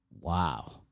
Wow